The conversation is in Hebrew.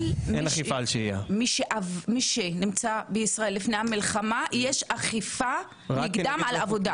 אבל מי שנמצא בישראל לפני המלחמה יש אכיפה על עבודה.